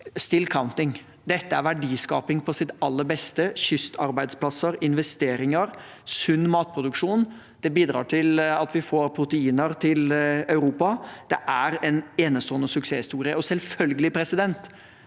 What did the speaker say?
«still counting». Dette er verdiskaping på sitt aller beste – kystarbeidsplasser, investeringer og sunn matproduksjon. Det bidrar til at vi får proteiner til Europa. Det er en enestående suksesshistorie. Selvfølgelig er en